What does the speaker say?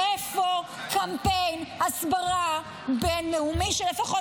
איפה קמפיין הסברה בין-לאומי שלפחות